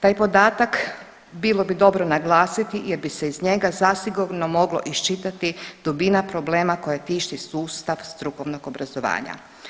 Taj podatak bilo bi dobro naglasiti jer bi se iz njega zasigurno moglo iščitati dubina problema koje tišti sustav strukovnog obrazovanja.